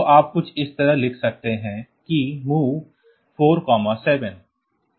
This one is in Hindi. तो आप कुछ इस तरह लिख सकते हैं कि MOV 47